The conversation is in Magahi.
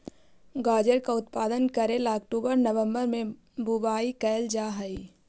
गाजर का उत्पादन करे ला अक्टूबर नवंबर में बुवाई करल जा हई